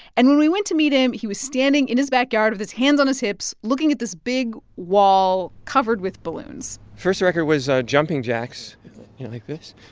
and when we went to meet him, he was standing in his backyard with his hands on his hips, looking at this big wall covered with balloons first record was ah jumping jacks like this.